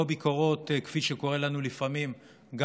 לא ביקורות כפי שקורה לנו לפעמים גם